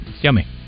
Yummy